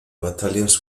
battalions